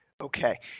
Okay